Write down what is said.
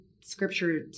scripture